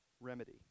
remedy